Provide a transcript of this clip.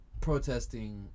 protesting